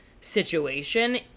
situation